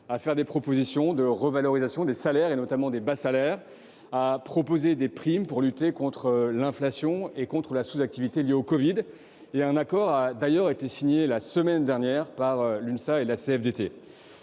a fait des propositions de revalorisation des salaires, notamment des bas salaires, et proposé des primes pour lutter contre l'inflation et la sous-activité liée au covid. Un accord a d'ailleurs été signé la semaine dernière par l'UNSA et la CFDT.